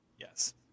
Yes